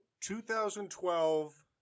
2012